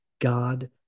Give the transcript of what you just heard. God